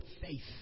faith